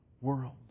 world